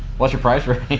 what's your price range?